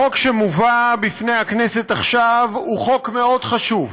החוק שמובא בפני הכנסת עכשיו הוא חוק מאוד חשוב.